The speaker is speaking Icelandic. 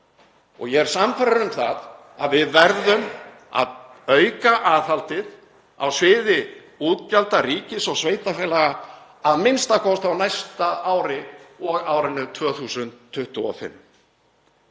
Ég er sannfærður um það að við verðum að auka aðhaldið á sviði útgjalda ríkis og sveitarfélaga, a.m.k. á næsta ári og á árinu 2025.